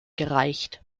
gereicht